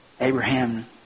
Abraham